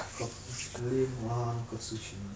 curve lame lah 那个 zi quan 的